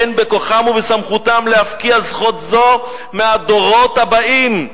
אין בכוחם ובסמכותם להפקיע זכות זאת מהדורות הבאים.